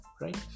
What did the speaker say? right